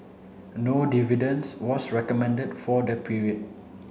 no dividends was recommended for the period